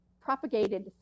propagated